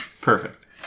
perfect